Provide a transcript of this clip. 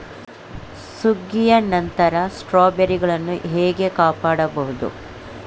ಸುಗ್ಗಿಯ ನಂತರ ಸ್ಟ್ರಾಬೆರಿಗಳನ್ನು ಹೇಗೆ ಕಾಪಾಡ ಬಹುದು?